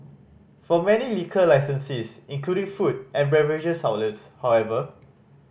for many liquor licensees including food and beverages outlets however